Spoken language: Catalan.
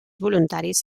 voluntaris